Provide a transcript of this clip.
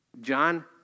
John